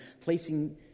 placing